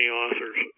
authors